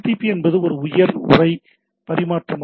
என்பது ஒரு உயர் உரை பரிமாற்ற நெறிமுறை ஆகும்